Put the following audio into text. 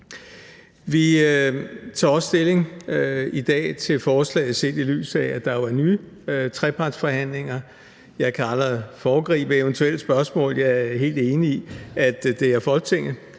i dag også stilling til forslaget, set i lyset af at der jo er nye trepartsforhandlinger. Jeg kan allerede foregribe eventuelle spørgsmål. Jeg er helt enig i, at det er Folketinget,